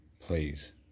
Please